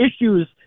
issues